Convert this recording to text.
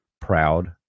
proud